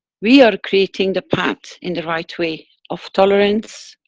we are creating the path in the right way, of tolerance,